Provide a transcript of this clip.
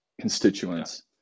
constituents